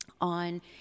on